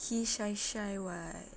he shy shy [what]